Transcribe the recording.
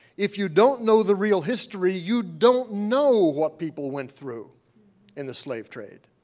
if you don't know the real history, you don't know what people went through in the slave trade.